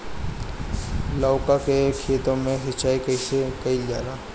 लउका के खेत मे सिचाई कईसे कइल जाला?